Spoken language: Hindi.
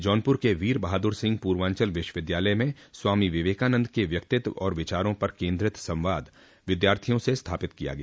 जौनपुर के वीर बहादुर सिंह पूर्वांचल विश्वविद्यालय में स्वामी विवेकानंद के व्यक्तित्व और विचारों पर केन्द्रित संवाद विद्यार्थियों से स्थापित किया गया